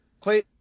Clay